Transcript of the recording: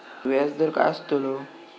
व्याज दर काय आस्तलो?